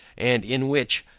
and in which,